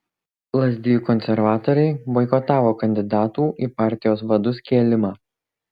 lazdijų konservatoriai boikotavo kandidatų į partijos vadus kėlimą